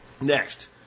Next